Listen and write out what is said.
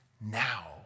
now